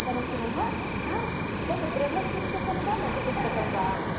समीचीनं वा हा तद् बृहत्पुस्तकं वा लघुपुस्तकं वा